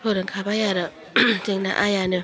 फोरोंखाबाय आरो जोंना आइयानो